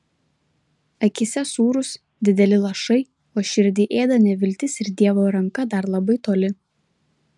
akyse sūrūs dideli lašai o širdį ėda neviltis ir dievo ranka dar labai toli